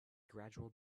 gradual